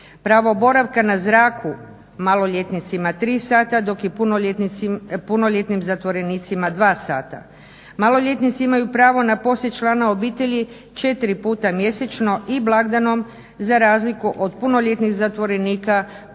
Pravo boravka na zraku maloljetnicima je 3 sata dok je punoljetnim zatvorenicima 2 sata. Maloljetnici imaju pravo na posjet člana obitelji 4 puta mjesečno i blagdanom za razliku od punoljetnih zatvorenika koji